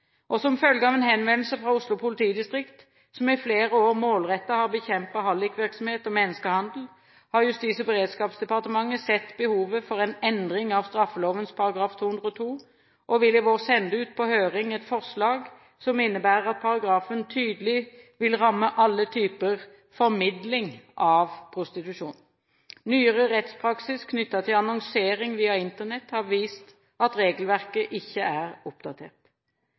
etableres. Som følge av en henvendelse fra Oslo politidistrikt, som i flere år målrettet har bekjempet hallikvirksomhet og menneskehandel, har Justis- og beredskapsdepartementet sett behovet for en endring av straffeloven § 202 og vil i vår sende ut på høring et forslag som innebærer at paragrafen tydelig vil ramme alle typer formidling av prostitusjon. Nyere rettspraksis knyttet til annonsering via Internett har vist at regelverket ikke er oppdatert.